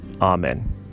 Amen